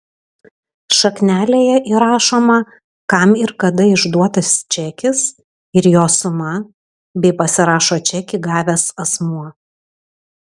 šaknelėje įrašoma kam ir kada išduotas čekis ir jo suma bei pasirašo čekį gavęs asmuo